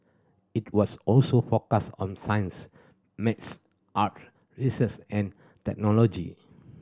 it was also focus on science maths art research and technology